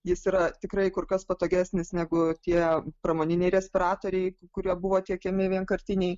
jis yra tikrai kur kas patogesnis negu tie pramoniniai respiratoriai kurie buvo tiekiami vienkartiniai